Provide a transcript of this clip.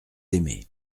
aimé